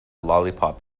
lollipop